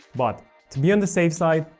but to be on the safe side,